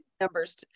numbers